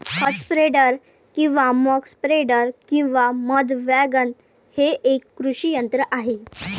खत स्प्रेडर किंवा muck spreader किंवा मध वॅगन हे एक कृषी यंत्र आहे